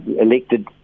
elected